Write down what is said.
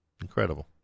incredible